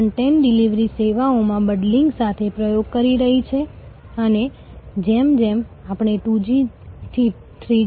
જો તેઓ જીવનભર ગ્રાહકો બની રહે તો તેની શું અસર થશે